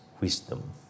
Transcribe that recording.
wisdom